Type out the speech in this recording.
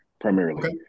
primarily